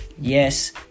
yes